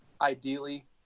ideally